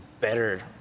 better